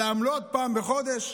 על העמלות, פעם בחודש.